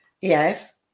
Yes